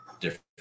different